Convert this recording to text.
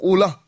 Ula